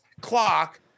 clock